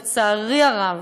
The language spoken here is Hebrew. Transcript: לצערי הרב,